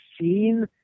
seen